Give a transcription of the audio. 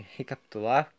recapitular